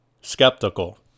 skeptical